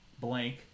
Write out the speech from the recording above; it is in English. blank